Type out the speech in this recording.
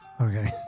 Okay